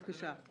כן, בבקשה.